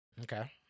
okay